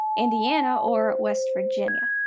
indiana or west virginia.